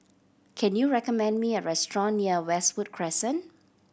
can you recommend me a restaurant near Westwood Crescent